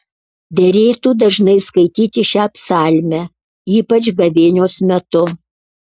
derėtų dažnai skaityti šią psalmę ypač gavėnios metu